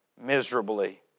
miserably